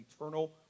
eternal